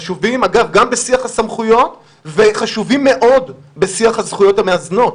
חשובים אגב גם בשיח הסמכויות ובשיח הזכויות המאזנות.